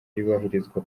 yubahirizwa